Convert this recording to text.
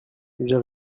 j’ai